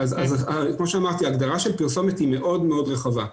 כמו שאמרתי, ההגדרה של פרסומת היא מאוד מאוד רחבה.